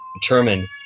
determine